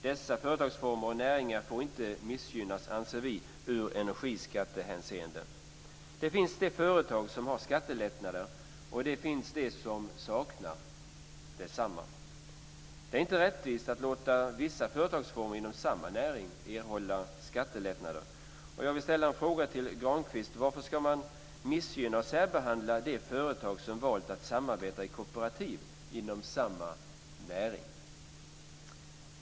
Dessa företagsformer och näringar får inte missgynnas ur energiskattehänseende, anser vi. Det finns de företag som har skattelättnader och det finns de som saknar desamma. Det är inte rättvist att låta vissa företagsformer inom samma näring erhålla skattelättnader. Jag vill ställa en fråga till Grankvist: Varför ska man missgynna och särbehandla de företag som valt att samarbeta i kooperativ inom samma näring?